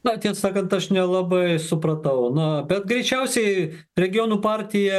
na tiesa kad aš nelabai supratau na bet greičiausiai regionų partija